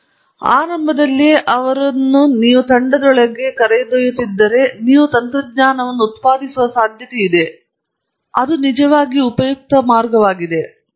ಆದುದರಿಂದ ಆರಂಭದಲ್ಲಿಯೇ ಅವರನ್ನು ನೀವು ತಂಡದೊಳಗೆ ಕರೆದೊಯ್ಯುತ್ತಿದ್ದರೆ ನೀವು ತಂತ್ರಜ್ಞಾನವನ್ನು ಉತ್ಪಾದಿಸುವ ಸಾಧ್ಯತೆ ಇದೆ ಅದು ನಿಜವಾಗಿಯೂ ಉಪಯುಕ್ತವಾಗಿದೆ